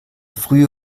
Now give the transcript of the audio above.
frühe